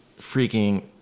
freaking